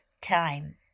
time